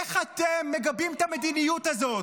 איך אתם מגבים את המדיניות הזאת?